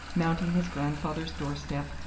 mounting his grandfather's doorstep,